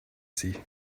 sie